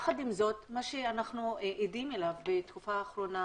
יחד עם זאת, מה שאנחנו עדים לו בתקופה האחרונה,